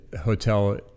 hotel